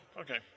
Okay